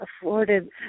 afforded